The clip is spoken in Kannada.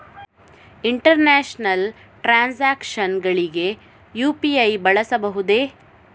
ಇಂಟರ್ನ್ಯಾಷನಲ್ ಟ್ರಾನ್ಸಾಕ್ಷನ್ಸ್ ಗಳಿಗೆ ಯು.ಪಿ.ಐ ಬಳಸಬಹುದೇ?